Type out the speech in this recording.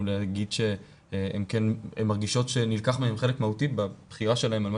להגיד שהן מרגישות שנלקח מהן חלק מהותי בבחירה שלהם על מה